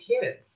kids